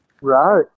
Right